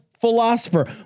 philosopher